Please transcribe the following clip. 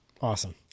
Awesome